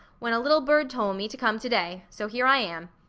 when a little bird tole me to come to-day, so here i am.